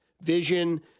vision